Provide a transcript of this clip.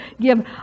give